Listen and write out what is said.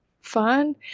Fun